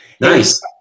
nice